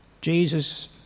Jesus